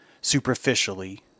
superficially